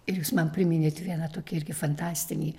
ir jūs man priminėt vieną tokį irgi fantastinį